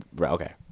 okay